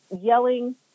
yelling